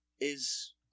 is-